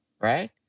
right